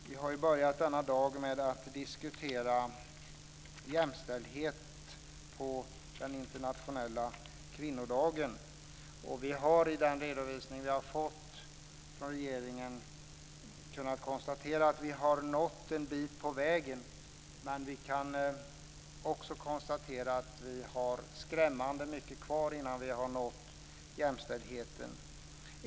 Vi har ju börjat den internationella kvinnodagen med att diskutera jämställdhet. I den redovisning vi har fått från regeringen konstateras att vi har nått en bit på vägen. Men vi kan också konstatera att vi har skrämmande mycket kvar innan vi har nått jämställdhet.